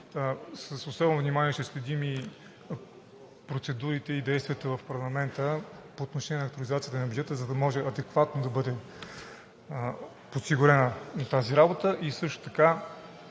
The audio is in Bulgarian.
С особено внимание ще следим и процедурите, и действията в парламента по отношение на актуализацията на бюджета, за да може адекватно да бъде подсигурена тази работа и също така